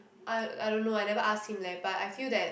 I I don't know I never ask him leh but I feel that